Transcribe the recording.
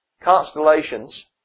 constellations